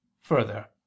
further